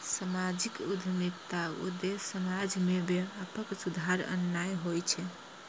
सामाजिक उद्यमिताक उद्देश्य समाज मे व्यापक सुधार आननाय होइ छै